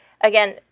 again